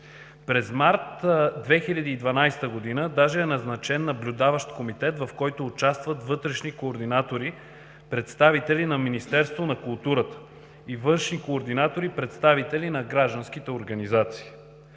През март 2012 г. даже е назначен наблюдаващ комитет, в който участват вътрешни координатори – представители на Министерството на културата, и външни координатори – представители на гражданските организации.